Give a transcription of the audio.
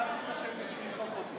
מה עשית כשהם ניסו לתקוף אותי?